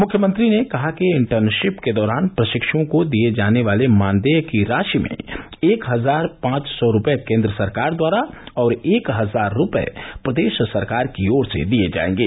मुख्यमंत्री ने कहा कि इंटर्नशिप के दौरान प्रशिक्षओं को दिए जाने वाले मानदेय की राशि में एक हजार पांच सौ रूपये केंद्र सरकार द्वारा और एक हजार रुपये प्रदेश सरकार की ओर से दिए जाएंगे